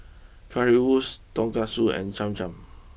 Currywurst Tonkatsu and Cham Cham